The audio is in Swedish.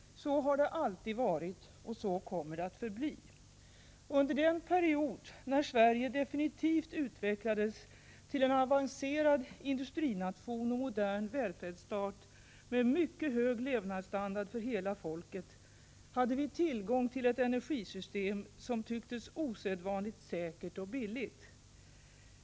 Så har det alltid varit, och så kommer det att förbli. Under den period då Sverige definitivt utvecklades till en avancerad industrination och modern välfärdsstat med mycket hög levnadsstandard för hela folket hade vi tillgång till ett energisystem som tycktes osedvanligt säkert och billigt.